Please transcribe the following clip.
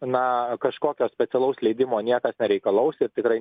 na kažkokio specialaus leidimo niekas nereikalaus ir tikrai